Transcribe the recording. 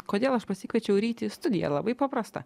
kodėl aš pasikviečiau rytį į studiją labai paprasta